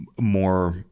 more